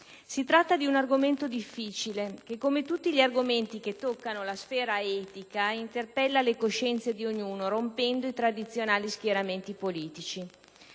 Si tratta di un argomento difficile che, come tutti gli argomenti che toccano la sfera etica, interpella le coscienze di ognuno, rompendo i tradizionali schieramenti politici.